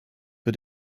für